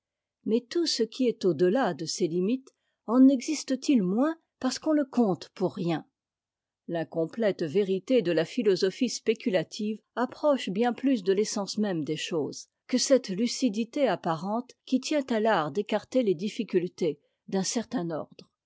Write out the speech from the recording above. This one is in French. mais tout ce qui est au delà de ces limites en existe t it moins parce qu'on le compte pour rien l'incomplète vérité de la philosophie spéculative approche bien plus de l'essence même des choses que cette lucidité apparente qui tient à l'art d'écarter lés difficultés d'un certain ordre